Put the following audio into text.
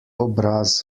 obraz